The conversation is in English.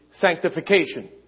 sanctification